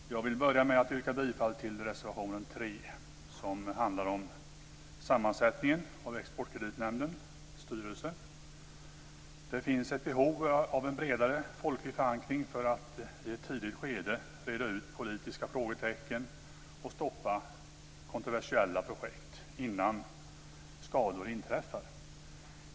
Fru talman! Jag vill börja med att yrka bifall till reservation 3 som handlar om sammansättningen av Det finns ett behov av en bredare folklig förankring för att i ett tidigt skede reda ut politiska frågetecken och stoppa kontroversiella projekt innan skador inträffar.